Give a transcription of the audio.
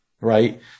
right